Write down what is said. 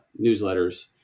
newsletters